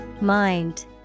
Mind